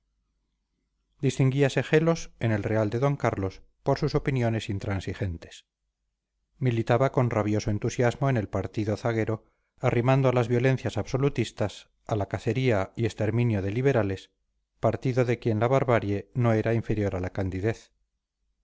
distinguíase gelos en el real de d carlos por sus opiniones intransigentes militaba con rabioso entusiasmo en el partido zaguero arrimado a las violencias absolutistas a la cacería y exterminio de liberales partido en quien la barbarie no era inferior a la candidez